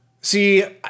See